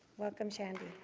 welcome, shandy.